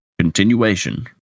continuation